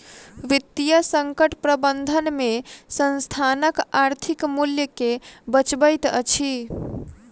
वित्तीय संकट प्रबंधन में संस्थानक आर्थिक मूल्य के बचबैत अछि